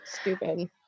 stupid